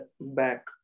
back